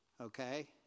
okay